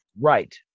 Right